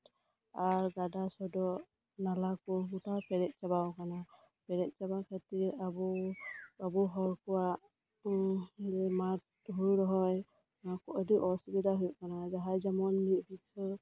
ᱟᱨ ᱜᱟᱰᱟ ᱥᱚᱰᱚᱜ ᱱᱟᱞᱟ ᱠᱚ ᱜᱚᱴᱟ ᱯᱮᱨᱮᱡ ᱪᱟᱵᱟᱣᱟᱠᱟᱱᱟ ᱯᱮᱨᱮᱡ ᱪᱟᱵᱟ ᱠᱷᱟᱹᱛᱤᱨ ᱟᱵᱚ ᱦᱚᱲ ᱠᱚᱣᱟᱜ ᱡᱟᱦᱟᱸ ᱢᱟᱴᱷ ᱦᱩᱲᱩ ᱨᱚᱦᱚᱭ ᱚᱱᱟ ᱠᱚ ᱟᱹᱰᱤ ᱚᱥᱩᱵᱤᱫᱷᱟ ᱦᱩᱭᱩᱜ ᱠᱟᱱᱟ ᱱᱚᱜᱼᱚᱭ ᱡᱮᱢᱚᱱ